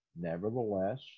Nevertheless